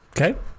okay